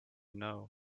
know